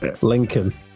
Lincoln